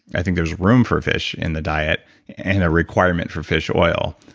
i think there's room for a fish in the diet and a requirement for fish oil,